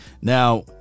now